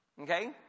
Okay